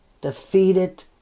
defeated